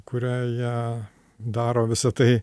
kurią jie daro visa tai